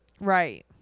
Right